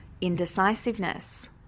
indecisiveness